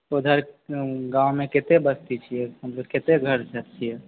उधर गॉंवमे कते बस्ती छिऐ मतलब कते घर सब छिऐ